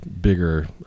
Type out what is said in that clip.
bigger